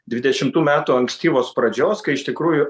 dvidešimtų metų ankstyvos pradžios kai iš tikrųjų